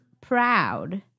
proud